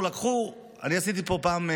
אני עשיתי פה פעם,